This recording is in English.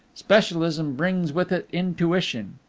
specialism brings with it intuition.